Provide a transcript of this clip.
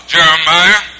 Jeremiah